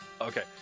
okay